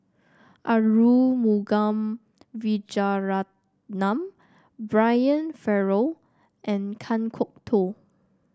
Arumugam Vijiaratnam Brian Farrell and Kan Kwok Toh